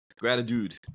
Gratitude